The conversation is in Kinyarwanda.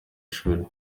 ishuri